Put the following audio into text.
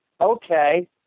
okay